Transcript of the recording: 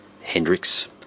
Hendrix